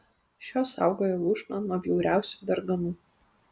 šios saugojo lūšną nuo bjauriausių darganų